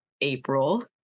April